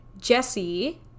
Jesse